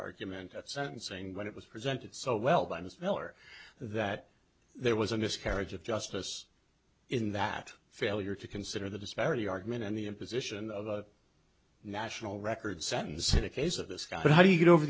argument at sentencing but it was presented so well by ms miller that there was a miscarriage of justice in that failure to consider the disparity argument and the imposition of a national record sentence in the case of this guy but how do you get over